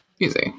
easy